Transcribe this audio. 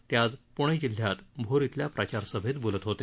ते आज पुणे जिल्ह्यात भोर इथल्या प्रचारसभेत बोलत होते